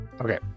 okay